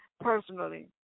Personally